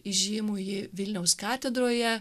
įžymųjį vilniaus katedroje